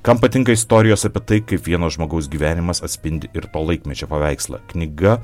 kam patinka istorijos apie tai kaip vieno žmogaus gyvenimas atspindi ir to laikmečio paveikslą knyga